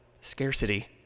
scarcity